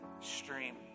stream